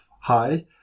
hi